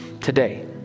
Today